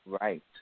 Right